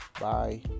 bye